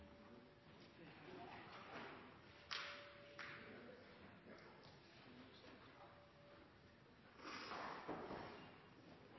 Det